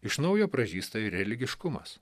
iš naujo pražysta ir religiškumas